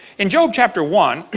in job chapter one,